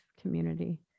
community